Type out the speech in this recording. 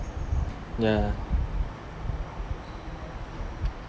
ya